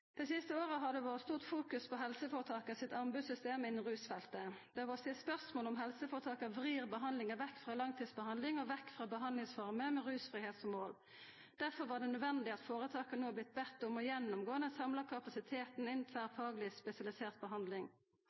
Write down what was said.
Dei siste åra har det vore stort fokus på helseforetaka sitt anbodssystem innanfor rusfeltet. Det har vore stilt spørsmål om helseforetaka vrir behandlinga vekk frå langtidsbehandling og behandlingsformer med rusfridom som mål. Difor var det nødvendig at foretaka no har blitt bedne om å gjennomgå den samla kapasiteten innan tverrfagleg spesialisert behandling.